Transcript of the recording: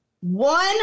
one